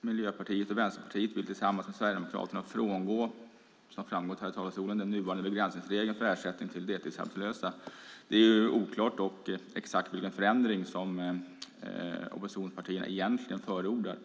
Miljöpartiet och Vänsterpartiet vill tillsammans med Sverigedemokraterna frångå, som framgått här i talarstolen, den nuvarande begränsningsregeln för ersättning till deltidsarbetslösa. Det är oklart exakt vilken förändring som oppositionspartierna egentligen förordar.